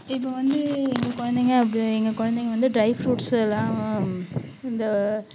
இப்போ வந்து எங்கள் குழந்தைங்க அப்படி எங்கள் குழந்தைங்க வந்து ட்ரை ஃப்ரூட்ஸு எல்லாம் இந்த